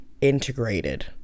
integrated